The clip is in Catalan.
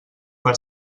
per